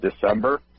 December